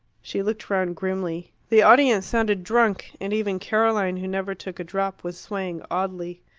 she looked round grimly. the audience sounded drunk, and even caroline, who never took a drop, was swaying oddly.